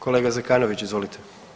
Kolega Zekanović, izvolite.